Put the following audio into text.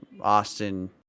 austin